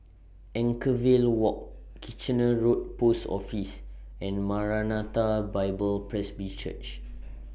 Anchorvale Walk Kitchener Road Post Office and Maranatha Bible Presby Church